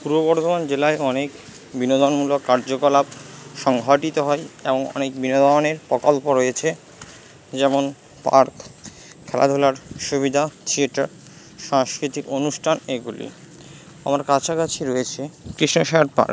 পূর্ব বর্ধমান জেলায় অনেক বিনোদনমূলক কার্যকলাপ সংগঠিত হয় এবং অনেক বিনোদনের প্রকল্প রয়েছে যেমন পার্ক খেলাধূলার সুবিধা থিয়েটার সাংস্কৃতিক অনুষ্ঠান এইগুলি আমার কাছাকাছি রয়েছে কৃষ্ণ সায়র পার্ক